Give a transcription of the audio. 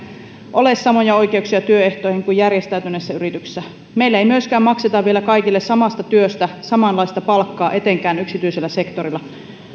ole samoja oikeuksia työehtoihin kuin järjestäytyneissä yrityksissä meillä ei myöskään makseta vielä kaikille samasta työstä samanlaista palkkaa etenkään yksityisellä sektorilla